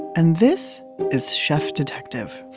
and this is chef detective